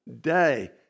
day